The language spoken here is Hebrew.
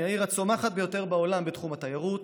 העיר הצומחת ביותר בעולם בתחום התיירות